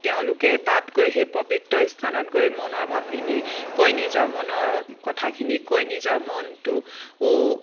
তেওঁলোকে তাত গৈ সেই পৱিত্ৰ স্থানত গৈ মনৰ ভাৱখিনি কৈ নিজৰ মনৰ কথাখিনি কৈ নিজৰ মনটো